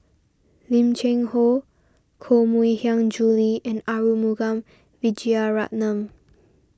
Lim Cheng Hoe Koh Mui Hiang Julie and Arumugam Vijiaratnam